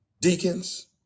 deacons